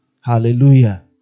Hallelujah